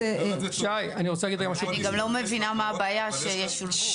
אני גם לא מבינה מה הבעיה שישולבו.